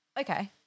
Okay